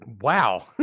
wow